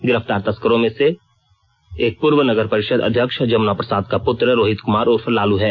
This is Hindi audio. गिरफ्तार तस्करों में एक पूर्व नगर परिषद अध्यक्ष जमुना प्रसाद का पुत्र रोहित कुमार उर्फ लालू है